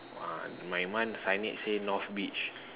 uh my one signage say north beach